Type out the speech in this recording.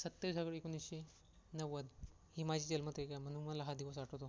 सत्तावीस ऑग एकोणीसशे नव्वद ही माझी जन्मतारीख आहे म्हणून मला हा दिवस आठवतो